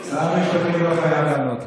לא,